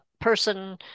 person